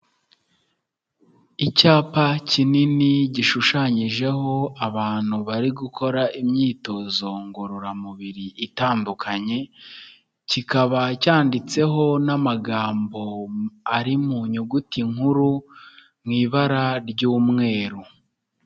Icyapa kinini gishushanyijeho abantu bari gukora imyitozo ngororamubiri itandukanye, kikaba cyanditseho n'amagambo ari mu nyuguti nkuru mu ibara ry'umweru.